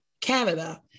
Canada